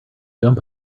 jump